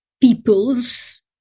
peoples